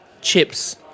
Chips